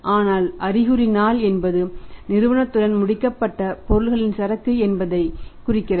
ஆனால் அறிகுறி நாள் என்பது நிறுவனத்துடன் முடிக்கப்பட்ட பொருட்களின் சரக்கு என்பதைக் குறிக்கிறது